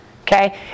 Okay